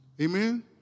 Amen